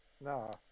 no